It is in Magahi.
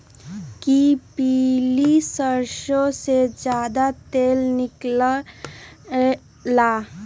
कि पीली सरसों से ज्यादा तेल निकले ला?